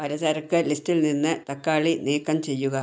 പലചരക്ക് ലിസ്റ്റിൽ നിന്ന് തക്കാളി നീക്കം ചെയ്യുക